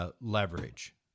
leverage